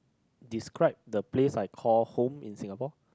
describe the place I call home in Singapore